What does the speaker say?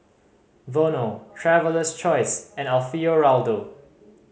Vono Traveler's Choice and Alfio Raldo